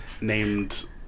named